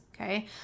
okay